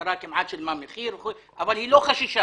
המשטרה כמעט שילמה מחיר אבל היא לא חששה